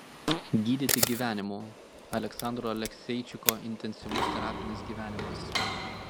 gydyti gyvenimu aleksandro alekseičiko intensyvus terapinis gyvenimas